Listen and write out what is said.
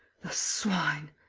the swine.